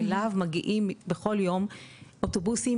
אליו מגיעים בכל יום אוטובוסים,